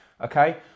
Okay